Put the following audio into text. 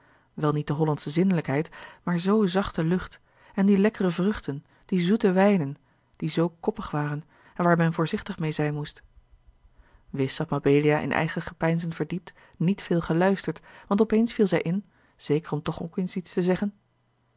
wel niet de hollandsche zindelijkheid maar zoo'n zachte lucht en die lekkere vruchten die zoete wijnen die zoo koppig waren en waar men voorzichtig meê zijn moest wis had mabelia in eigen gepeinzen verdiept niet veel geluisterd want op eens viel zij in zeker om toch ook eens iets te zeggen